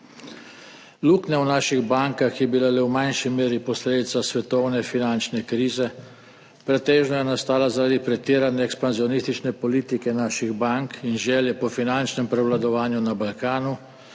Luknja v naših bankah je bila le v manjši meri posledica svetovne finančne krize. Pretežno je nastala zaradi pretirane ekspanzionistične politike naših bank in želje po finančnem prevladovanju na Balkanu